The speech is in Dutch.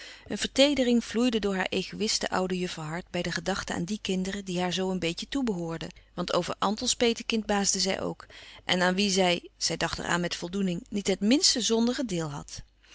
een verteedering vloeide door haar egoïste oude jufferhart bij de gedachten aan die kinderen die haar zoo een beetje toebehoorden want over antons petekind baasde zij ook en aan wie zij zij dacht er aan met voldoening niet het minste zondige deel had